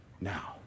now